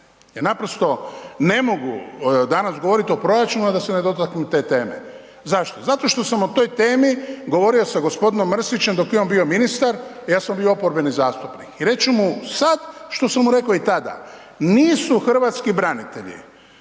jer naprosto ne mogu danas govoriti o proračunu a da se ne dotaknem te teme. Zašto? Zato što sam o toj temi govorio sa gospodinom Mrsićem dok je on bio ministar, ja sam bio oporbeni zastupnik. I reći ću mu sad što sam mu rekao i tada. Nisu hrvatski branitelji